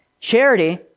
Charity